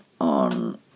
on